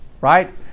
Right